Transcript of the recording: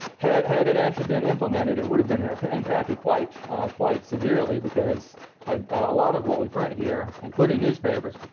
had had it actually been implemented, it would have been impacted quite quite severely because a lot of what we print here, including newspapers,